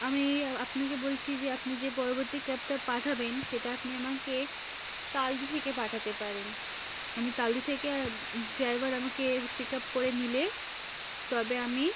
আমি আপনাকে বলছি যে আপনি যে পরবর্তী ক্যাবটা পাঠাবেন সেটা আপনি আমাকে তালদি থেকে পাঠাতে পারেন আমি তালদি থেকে ড্রাইভার আমাকে পিক আপ করে নিলে তবে আমি